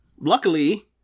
luckily